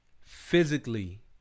physically